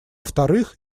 вторых